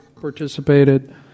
participated